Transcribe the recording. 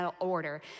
order